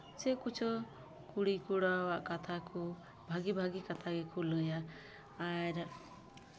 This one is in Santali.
ᱪᱮᱫ ᱠᱚᱪᱚ ᱠᱩᱲᱤ ᱠᱚᱲᱟᱣᱟᱜ ᱠᱟᱛᱷᱟ ᱠᱚ ᱵᱷᱟᱹᱜᱤ ᱵᱷᱟᱹᱜᱤ ᱠᱟᱛᱷᱟ ᱜᱮᱠᱚ ᱞᱟᱹᱭᱼᱟ ᱟᱨ